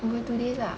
over two days lah